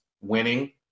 winning